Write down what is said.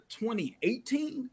2018